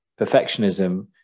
Perfectionism